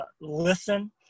Listen